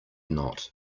not